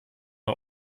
der